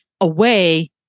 Away